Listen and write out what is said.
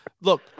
Look